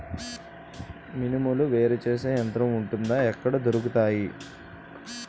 మినుములు వేరు చేసే యంత్రం వుంటుందా? ఎక్కడ దొరుకుతాయి?